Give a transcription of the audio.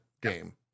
game